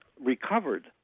recovered